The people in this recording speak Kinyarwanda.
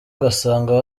ugasanga